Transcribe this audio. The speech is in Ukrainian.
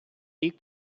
рік